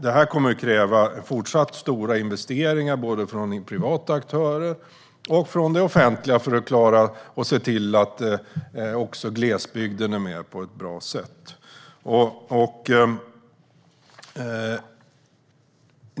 Det kommer att kräva fortsatt stora investeringar, både från privata aktörer och från det offentliga, för att se till att glesbygden är med på ett bra sätt.